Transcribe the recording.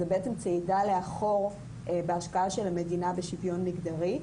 זה למעשה צעידה לאחור בהשקעה של המדינה בשוויון מגדרי.